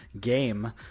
game